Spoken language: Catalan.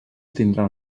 tindran